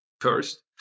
first